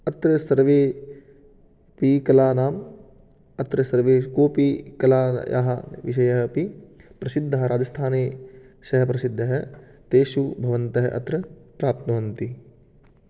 अत्र सर्वेऽपि कलानाम् अत्र सर्वे कोऽपि कलायाः विषयः अपि प्रसिद्धः राजस्थाने सः प्रसिद्धः तेषु भवन्तः अत्र प्राप्नुवन्ति